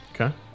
Okay